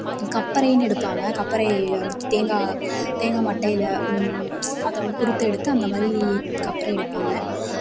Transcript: கொப்பரைனு எடுப்பாங்க கொப்பரை அந்த தேங்காய் தேங்காய் மட்டையில் அந்த குறுத்தெடுத்து அந்த மாதிரி கொப்பரை எடுப்பாங்க